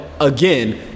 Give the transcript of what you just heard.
again